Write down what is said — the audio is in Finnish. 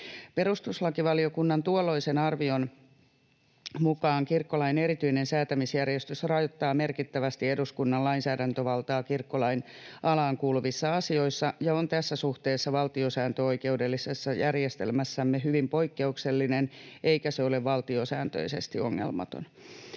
Perustuslakivaliokunnan tuolloisen arvion mukaan kirkkolain erityinen säätämisjärjestys rajoittaa merkittävästi eduskunnan lainsäädäntövaltaa kirkkolain alaan kuuluvissa asioissa ja on tässä suhteessa valtiosääntöoikeudellisessa järjestelmässämme hyvin poikkeuksellinen eikä se ole valtiosääntöisesti ongelmaton.